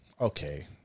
Okay